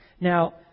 Now